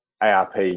ARP